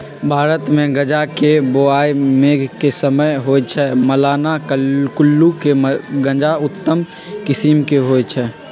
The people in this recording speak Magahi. भारतमे गजा के बोआइ मेघ के समय होइ छइ, मलाना कुल्लू के गजा उत्तम किसिम के होइ छइ